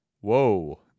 Whoa